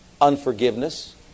Unforgiveness